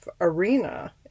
arena